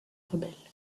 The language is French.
rebelles